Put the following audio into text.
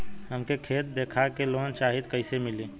हमके खेत देखा के लोन चाहीत कईसे मिली?